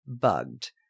bugged